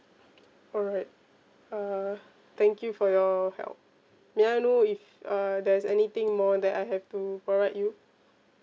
alright uh thank you for your help may I know if uh there's anything more that I have to provide you